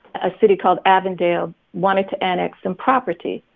a city called avondale wanted to annex some property.